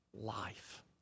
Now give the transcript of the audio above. life